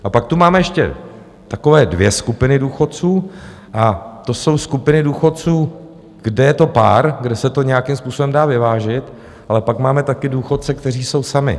A pak tu máme ještě takové dvě skupiny důchodců a to jsou skupiny důchodců, kde je to pár, kde se to nějakým způsobem dá vyvážit, ale pak máme taky důchodce, kteří jsou sami.